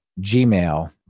Gmail